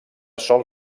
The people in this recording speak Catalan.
sol